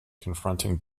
confronting